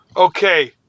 Okay